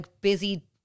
busy